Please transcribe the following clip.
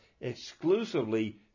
exclusively